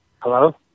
Hello